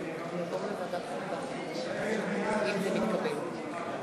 את הצעת חוק העונשין (תיקון, איסור החרמת חרדים),